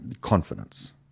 confidence